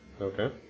Okay